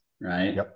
right